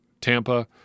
Tampa